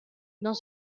dans